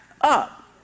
up